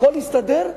הכול יסתדר?